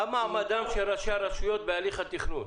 מה מעמדם של ראשי הרשויות בהליך התכנון